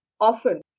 often